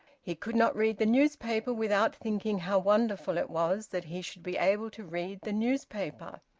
he could not read the newspaper without thinking how wonderful it was that he should be able to read the newspaper.